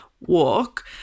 walk